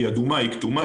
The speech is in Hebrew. האם היא כתומה,